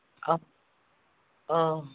अ